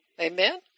Amen